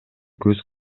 көз